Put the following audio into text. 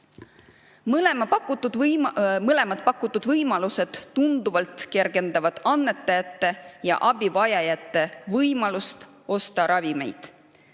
Mõlemad pakutud võimalused kergendavad tunduvalt annetajate ja abivajajate võimalust osta ravimeid.